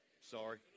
Sorry